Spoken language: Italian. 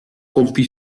compì